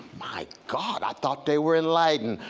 my god, i thought they were enlightened?